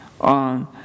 on